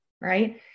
right